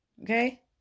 okay